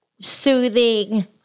soothing